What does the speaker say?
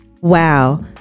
Wow